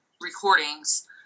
recordings